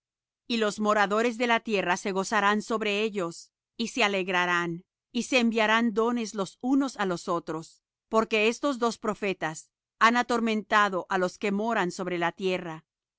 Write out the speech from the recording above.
y los moradores de la tierra se gozarán sobre ellos y se alegrarán y se enviarán dones los unos á los otros porque estos dos profetas han atormentado á los que moran sobre la tierra